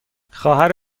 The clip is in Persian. خواهر